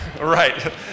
right